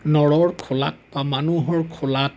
নৰৰ খোলাত বা মানুহৰ খোলাত